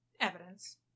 evidence